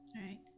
right